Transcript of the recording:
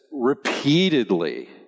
repeatedly